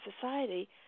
society